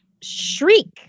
shriek